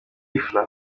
pfla